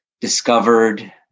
discovered